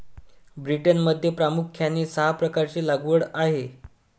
ब्रिटनमध्ये प्रामुख्याने सहा प्रकारची लागवड आहे